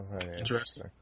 Interesting